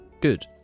good